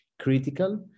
Critical